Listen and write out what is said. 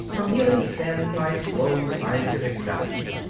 of healing sin by slow scientific methods.